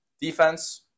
Defense